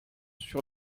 sur